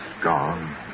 gone